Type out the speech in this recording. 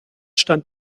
stand